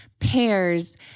pears